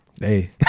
Hey